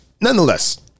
Nonetheless